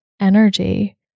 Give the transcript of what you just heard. energy